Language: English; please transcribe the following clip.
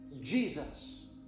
Jesus